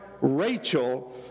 Rachel